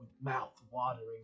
mouth-watering